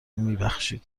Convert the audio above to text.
میبخشید